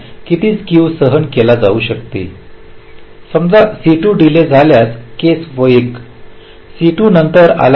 समजा C2 delay झाल्यास case 1 C2 नंतर आला आहे